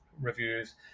reviews